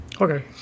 okay